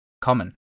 common